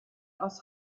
aus